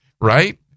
right